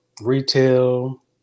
retail